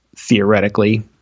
Theoretically